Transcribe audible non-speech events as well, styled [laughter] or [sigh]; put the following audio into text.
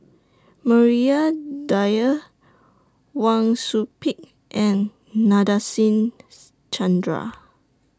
Maria Dyer Wang Sui Pick and Nadasen [noise] Chandra